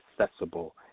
accessible